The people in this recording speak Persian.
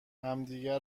همدیگه